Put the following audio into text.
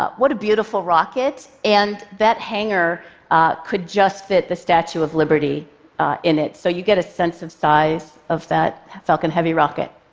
ah what a beautiful rocket, and that hangar could just fit the statue of liberty in it, so you get a sense of size of that falcon heavy rocket.